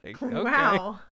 Wow